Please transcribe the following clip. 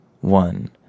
one